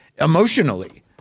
emotionally